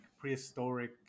prehistoric